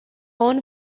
own